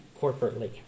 corporately